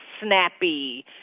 snappy